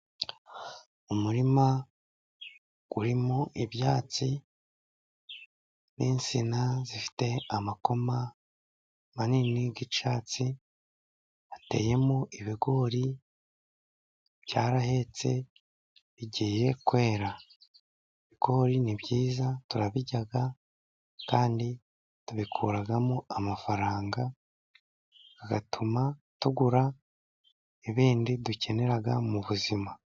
Umurima urimo ibyatsi n'insina zifite amakoma manini y'icyatsi hateyemo ibigori byarahetse bigeye kwera. Ibigori ni byiza turabirya kandi tubikuramo amafaranga agatuma tugura ibindi dukenera mu buzima.